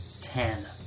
Ten